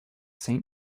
saint